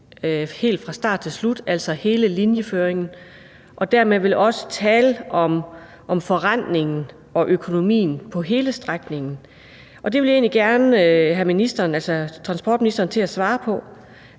helt fra start til slut, altså hele linjeføringen, og dermed vel også tale om forrentningen og økonomien for hele strækningen. Og det vil jeg egentlig gerne have transportministeren til at svare på.